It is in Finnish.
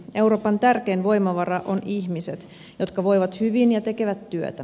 euroopan tärkein voimavara ovat ihmiset jotka voivat hyvin ja tekevät työtä